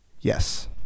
yes